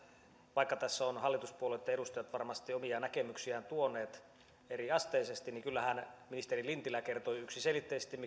vaikka tässä ovat hallituspuolueitten edustajat varmasti omia näkemyksiään tuoneet eriasteisesti niin kyllähän ministeri lintilä kertoi yksiselitteisesti